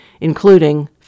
including